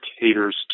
caters